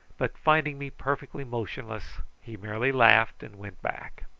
but finding me perfectly motionless he merely laughed and went back.